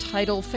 Title